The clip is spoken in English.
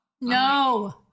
No